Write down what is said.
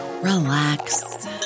relax